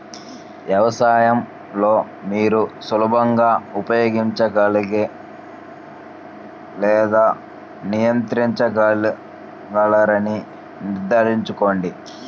వ్యవసాయం లో మీరు సులభంగా ఉపయోగించగల లేదా నియంత్రించగలరని నిర్ధారించుకోండి